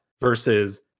versus